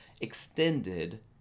extended